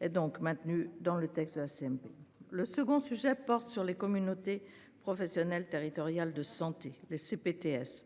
est donc maintenu dans le texte de la CMP. Le second sujet porte sur les communautés professionnelles territoriales de santé les CPTS